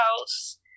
House